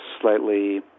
slightly